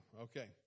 Okay